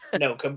No